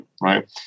right